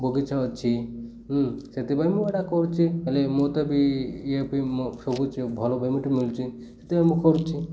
ବଗିଚା ଅଛି ହୁଁ ସେଥିପାଇଁ ମୁଁ ଏଇଟା କରୁଛି ହେଲେ ମୁଁ ତ ବି ଇଏ ଭଲ ଭମଟ ମିଳୁଛି ସେଥିପାଇଁ ମୁଁ କରୁଛି